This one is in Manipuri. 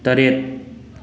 ꯇꯔꯦꯠ